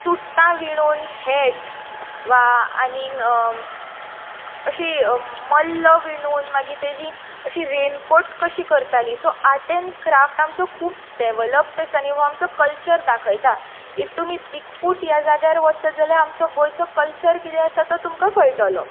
चुडटां विणून हेट्स वा आनीक अशीं मल्ल विणून मागीर तेजीं अशीं रेनकाॅट कशीं करतालीं सो आर्ट एन क्राफ्ट आमचो खूब डेवलाॅपड आसा आनी हो आमचो कल्चर दाखयता इफ तुमी बीग फूट ह्या जाग्यार वचत जाल्यार आमचो गोंयचो कल्चर कितें आसा तो तुमकां कळटलो